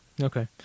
Okay